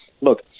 look